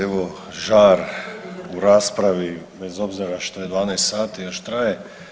Evo žar u raspravi bez obzira što je 12 sati, još traje.